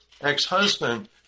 ex-husband